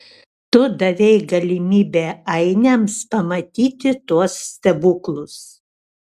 tu davei galimybę ainiams pamatyti tuos stebuklus